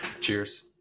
Cheers